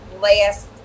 last